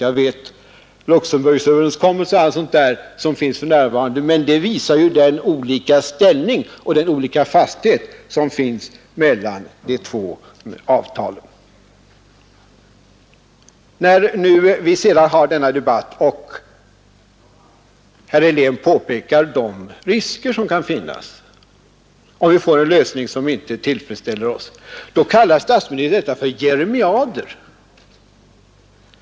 Visserligen finns Luxemburgöverenskommelsen och allt sådant för närvarande, men detta visar den olika ställning och den olika grad av fasthet som de två avtalen har. När sedan herr Helén i denna debatt pekar på de risker som kan finnas, om vi får en lösning som inte tillfredsställer vårt lands intressen, kallar statsministern detta för jeremiader.